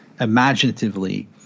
imaginatively